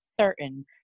certain